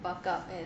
buck up and